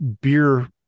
beer